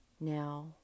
now